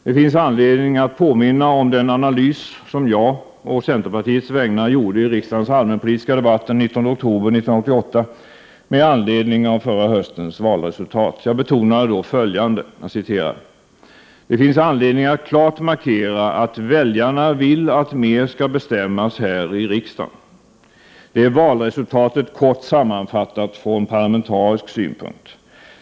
Det finns anledning att påminna om den analys som jag, å centerpartiets vägnar, gjorde i riksdagens allmänpolitiska debatt den 19 oktober 1988, med anledning av förra höstens valresultat. Jag betonade då följande: ”-—-- det finns anledning att klart markera att väljarna vill att mer skall bestämmas här i riksdagen. Det är valresultatet kort sammanfattat från parlamentarisk synpunkt.